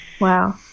Wow